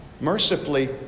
Mercifully